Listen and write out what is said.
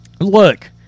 Look